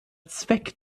zweck